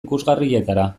ikusgarrietara